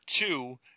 two